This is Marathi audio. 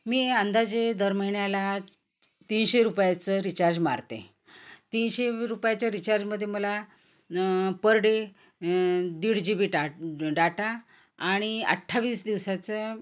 मी अंदाजे दर महिन्याला तीनशे रुपयाचं रिचार्ज मारते तीनशे रुपयाच्यां रिचार्जमध्ये मला पर डे दीड जी बी टा डाटा आणि अठ्ठावीस दिवसाचं